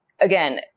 again